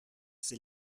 c’est